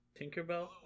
Tinkerbell